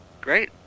Great